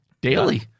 Daily